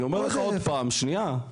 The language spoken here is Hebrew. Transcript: אני אומר לך עוד פעם, שנייה.